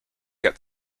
get